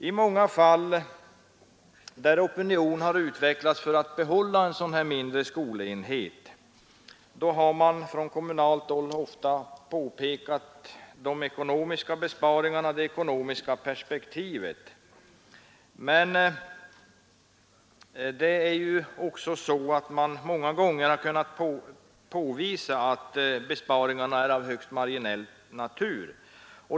I många fall där opinion har utvecklats för att få behålla en mindre skolenhet har man från kommunalt håll ofta pekat på de ekonomiska besparingarna och det ekonomiska perspektivet. Men många gånger har det också kunnat påvisas att besparingarna blir av högst marginell natur.